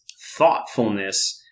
thoughtfulness